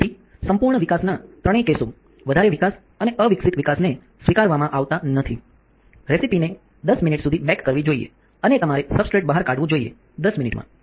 તેથી સંપૂર્ણ વિકાસના ત્રણેય કેસો વધારે વિકાસ અને અવિકસિત વિકાસને સ્વીકારવામાં આવતાં નથી રેસીપીને 10 મિનિટ સુધી બેક કરવી જોઈએ અને તમારે સબસ્ટ્રેટ બહાર કાઢવું જોઈએ 10 મિનિટમાં